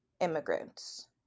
immigrants